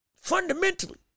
Fundamentally